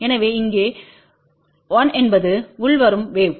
எனவே இங்கே1என்பது உள்வரும் வேவ்